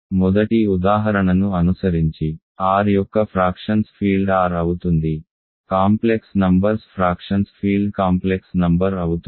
మొదటి ఉదాహరణను అనుసరించి R యొక్క ఫ్రాక్షన్స్ ఫీల్డ్ R అవుతుంది complex numbers fractions field complex number అవుతుంది